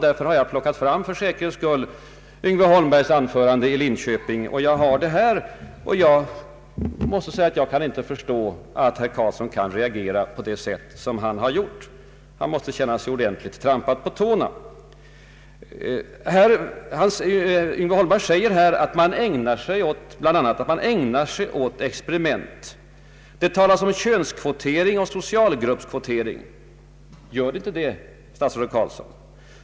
Därför har jag för säkerhets skull plockat fram Yngve Holmbergs anförande i Linköping. Jag har det här. Då jag läser det kan jag inte förstå att statsrådet Carlsson reagerar på det sätt han gör. Yngve Holmberg säger i sitt anförande bl.a. att ”man ägnar sig åt experiment. Det talas om könskvotering och socialgruppskvotering.” — Är det inte så, statsrådet Carlsson?